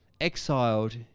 exiled